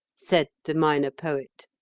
said the minor poet.